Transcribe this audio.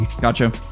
Gotcha